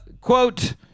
quote